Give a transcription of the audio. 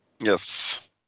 Yes